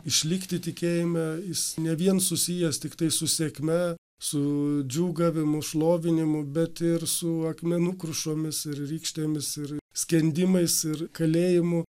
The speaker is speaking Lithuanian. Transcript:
išlikti tikėjime jis ne vien susijęs tiktai su sėkme su džiūgavimu šlovinimu bet ir su akmenų krušomis ir rykštėmis ir skendimais ir kalėjimu